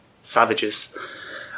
Savages